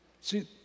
See